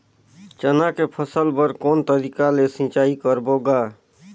चना के फसल बर कोन तरीका ले सिंचाई करबो गा?